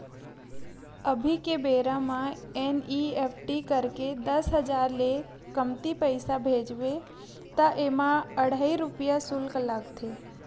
अभी के बेरा म एन.इ.एफ.टी करके दस हजार ले कमती पइसा भेजबे त एमा अढ़हइ रूपिया सुल्क लागथे